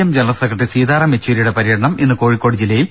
M general secretary Sitaram യെച്ചൂരിയുടെ പര്യടനം ഇന്ന് കോഴിക്കോട് ജില്ലയിൽ